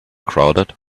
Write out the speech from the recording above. crowded